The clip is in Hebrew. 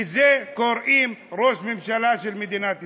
לזה קוראים ראש ממשלה של מדינת ישראל.